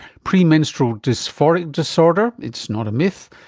premenstrual dysphoric disorder, it's not a myth.